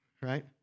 Right